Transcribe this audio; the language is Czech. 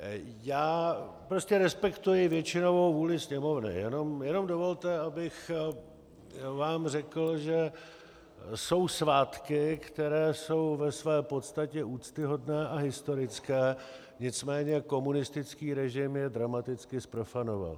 Já prostě respektuji většinovou vůli Sněmovny, jenom dovolte, abych vám řekl, že jsou svátky, které jsou ve své podstatě úctyhodné a historické, nicméně komunistický režim je dramaticky zprofanoval.